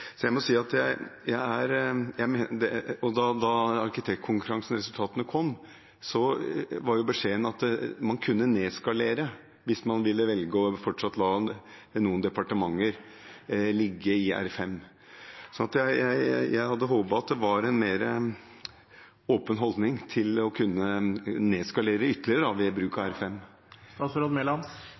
Da resultatene fra arkitektkonkurransen kom, var beskjeden at man kunne nedskalere hvis man ville velge fortsatt å la noen departementer ligge i R5. Så jeg hadde håpet at det var en mer åpen holdning til å kunne nedskalere det ytterligere ved bruk av